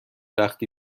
وقتی